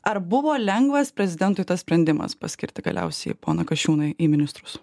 ar buvo lengvas prezidentui tas sprendimas paskirti galiausiai poną kasčiūną į ministrus